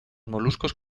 moluscos